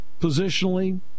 positionally